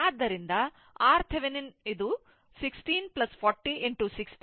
ಆದ್ದರಿಂದ RThevenin 16 40 6040 60 ಆಗುತ್ತದೆ